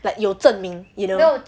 有证明 you know